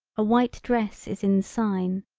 a white dress is in sign.